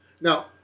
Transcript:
Now